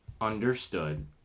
understood